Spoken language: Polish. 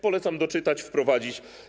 Polecam doczytać, wprowadzić.